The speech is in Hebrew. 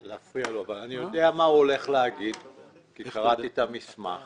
יודע מה הוא הולך להגיד כי קראתי את המסמך